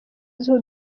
azwiho